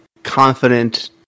confident